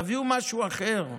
תביאו משהו אחר.